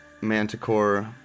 manticore